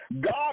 God